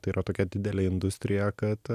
tai yra tokia didelė industrija kad